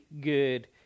good